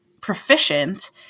proficient